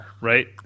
right